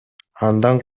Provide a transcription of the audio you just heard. андан